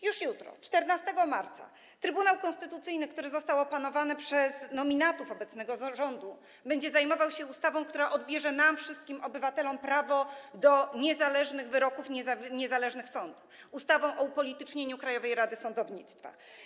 Już jutro, 14 marca, Trybunał Konstytucyjny, który został opanowany przez nominatów obecnego rządu, będzie zajmował się ustawą, która odbierze nam wszystkim, obywatelom, prawo do niezależnych wyroków, niezależnych sądów, ustawą o upolitycznieniu Krajowej Rady Sądownictwa.